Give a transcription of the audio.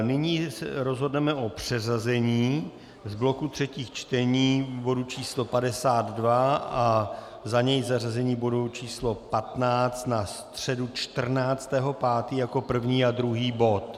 Nyní rozhodneme o přeřazení z bloku třetích čtení bodu číslo 52 a za něj zařazení bodu číslo 15 na středu 14. 5. jako první a druhý bod.